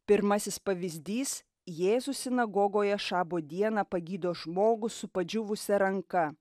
pirmasis pavyzdys jėzus sinagogoje šabo dieną pagydo žmogų su padžiūvusia ranka